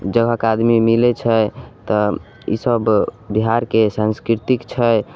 जगहके आदमी मिलैत छै तऽ ई सब बिहारके सांस्कृतिक छै